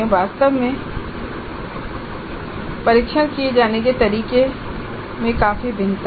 वास्तव में परीक्षण किए जाने के तरीके में काफी भिन्नता है